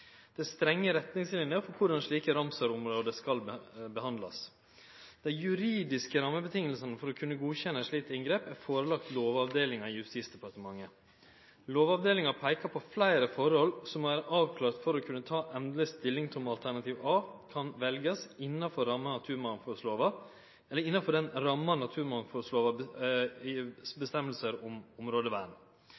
Det er strenge retningslinjer for korleis slike Ramsar-område skal behandlast. Dei juridiske rammevilkåra for å kunne godkjenne eit slikt inngrep er lagde fram for Lovavdelinga i Justisdepartementet. Lovavdelinga peikar på fleire forhold som må vere avklarte for å kunne ta endeleg stilling til om alternativ A kan veljast innanfor ramma